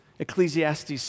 Ecclesiastes